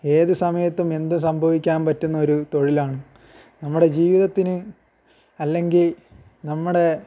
ഏത് സമയത്തും എന്തും സംഭവിക്കാൻ പറ്റുന്നൊരു തൊഴിലാണ് നമ്മുടെ ജീവിതത്തിന് അല്ലെങ്കിൽ നമ്മുടെ